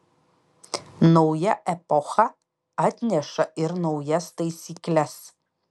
nauja epocha atneša ir naujas taisykles